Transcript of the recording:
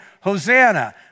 Hosanna